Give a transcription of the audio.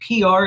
PR